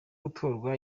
gutorwa